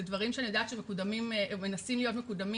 אלה דברים שאני יודעת שמנסים להיות מקודמים,